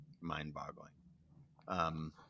mind-boggling